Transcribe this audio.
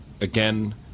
again